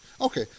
Okay